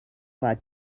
lot